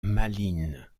malines